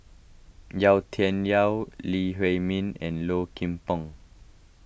Yau Tian Yau Lee Huei Min and Low Kim Pong